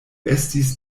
estis